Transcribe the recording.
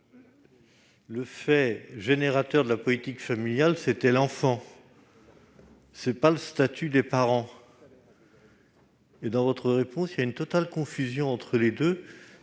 le fait générateur de la politique familiale, c'était l'enfant, non le statut des parents. Or, dans votre réponse, il y a une totale confusion entre les deux.